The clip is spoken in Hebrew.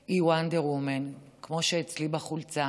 היא Wonder Woman, כמו אצלי בחולצה,